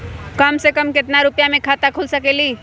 कम से कम केतना रुपया में खाता खुल सकेली?